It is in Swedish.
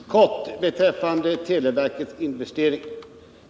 Herr talman! Några ord i korthet beträffande televerkets investeringar.